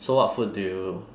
so what food do you